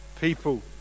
people